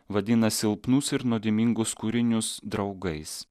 vadina silpnus ir nuodėmingus kūrinius draugais